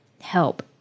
Help